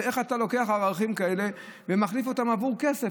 איך אתה לוקח ערכים כאלה ומחליף אותם עבור כסף?